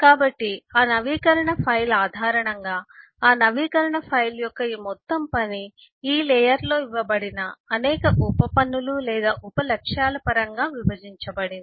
కాబట్టి ఆ నవీకరణ ఫైలు ఆధారంగా నవీకరణ ఫైలు యొక్క ఈ మొత్తం పని ఈ పొరలో ఇవ్వబడిన అనేక ఉప పనులు లేదా ఉప లక్ష్యాల పరంగా విభజించబడింది